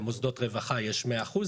למוסדות רווחה יש 100%,